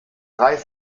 drei